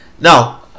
now